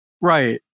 Right